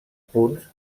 punts